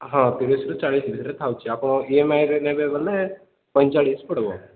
ହଁ ତିରିଶରୁ ଚାଳିଶ ଭିତରେ ଥାଉଛି ଆପଣ ଇଏମଆଇରେ ନେବେ ବୋଲେ ପଇଁଚାଳିଶ ପଡ଼ିବ